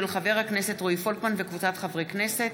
של חברי הכנסת רועי פולקמן, אכרם חסון,